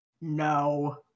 No